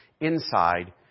inside